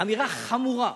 אמירה חמורה.